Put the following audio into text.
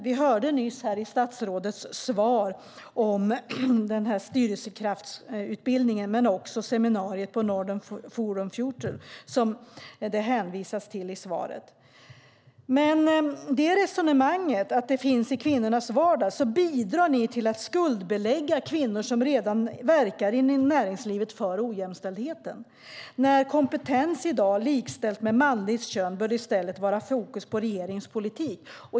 Vi hörde nyss i statsrådets svar om styrelsekraftsutbildningen men också om seminariet på Northern Future Forum. Med resonemanget att lösningen finns i kvinnornas vardag bidrar ni till att skuldbelägga kvinnor som redan verkar i näringslivet mot ojämställdheten. När kompetens i dag likställs med manligt kön bör detta i stället vara fokus för regeringens politik.